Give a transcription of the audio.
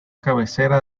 cabecera